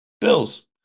Bills